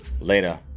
later